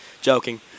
Joking